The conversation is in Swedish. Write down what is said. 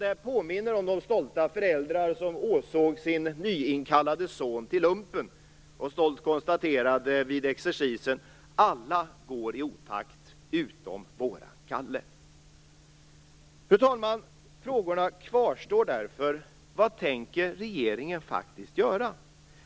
Detta påminner om de stolta föräldrar som åsåg sin till lumpen nyinkallade son och stolt konstaterade vid exercisen: Alla går i otakt, utom vår Fru talman! Frågorna kvarstår därför: Vad tänker regeringen faktiskt göra?